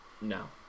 no